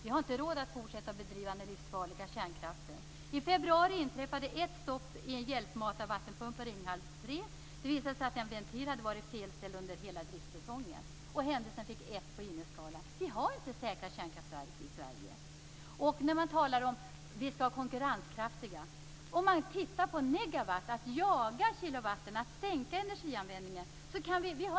Vi har inte råd att fortsätta att driva den livsfarliga kärnkraften. I februari inträffade ett stopp i en hjälpmatarvattenpump på Ringhals 3. Det visade sig att en ventil hade varit felställd under hela driftsäsongen. Händelsen fick 1 på INES-skalan. Vi har inte säkra kärnkraftverk i Sverige. Man talar om konkurrenskraft, att vi skall jaga kilowatt och sänka energianvändningen.